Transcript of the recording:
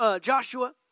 Joshua